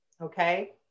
Okay